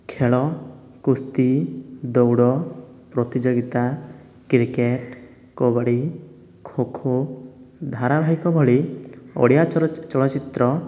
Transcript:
ଖେଳ କୁସ୍ତି ଦୌଡ଼ ପ୍ରତିଯୋଗିତା କ୍ରିକେଟ୍ କବାଡ଼ି ଖୋଖୋ ଧାରାବାହିକ ଭଳି ଓଡ଼ିଆ ଚଳଚ୍ଚିତ୍ର